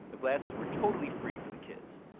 the glasses were totally free for the kids.